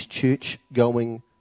church-going